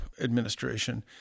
administration